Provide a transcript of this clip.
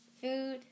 food